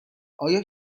آیا